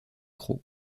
crau